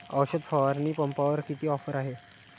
औषध फवारणी पंपावर किती ऑफर आहे?